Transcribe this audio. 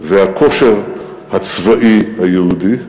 והכושר הצבאי היהודי,